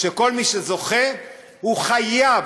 שכל מי שזוכה חייב,